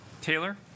Taylor